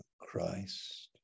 christ